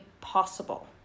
possible